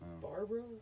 Barbara